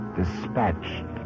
dispatched